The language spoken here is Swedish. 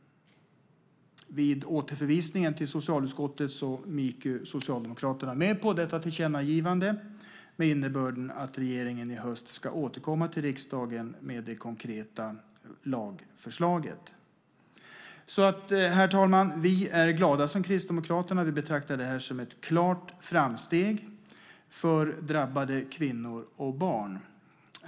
Vid återförvisningen till socialutskottet gick ju Socialdemokraterna med på detta tillkännagivande med innebörden att regeringen i höst ska återkomma till riksdagen med ett konkret lagförslag. Herr talman! Vi kristdemokrater är glada. Vi betraktar det här som ett klart framsteg för drabbade kvinnor och barn.